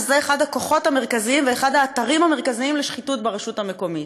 שזה אחד הכוחות המרכזיים ואחד האתרים המרכזיים לשחיתות ברשות המקומית.